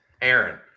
aaron